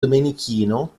domenichino